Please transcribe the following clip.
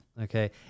Okay